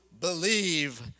believe